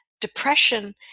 Depression